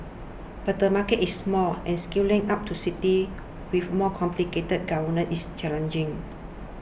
but the market is small and scaling out to cities with more complicated governor is challenging